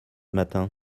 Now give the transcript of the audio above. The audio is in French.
matin